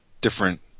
different